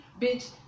bitch